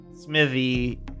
smithy